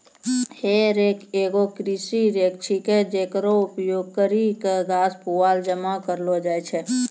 हे रेक एगो कृषि रेक छिकै, जेकरो उपयोग करि क घास, पुआल जमा करलो जाय छै